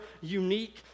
unique